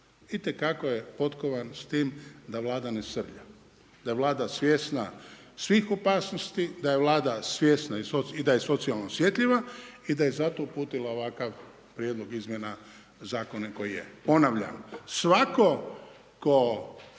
te kako je potkovan sa tim da Vlada ne srlja, da je Vlada svjesna svih opasnosti, da je Vlada svjesna i da je socijalno osjetljiva i da je zato uputila ovakav Prijedlog izmjena zakona koji je. Ponavljam svatko tko